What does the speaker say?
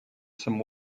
some